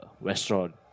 restaurant